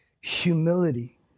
humility